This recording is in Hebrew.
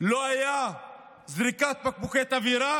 לא הייתה זריקת בקבוקי תבערה